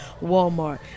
Walmart